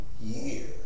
year